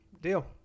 Deal